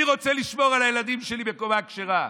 אני רוצה לשמור על הילדים שלי בתורה כשרה.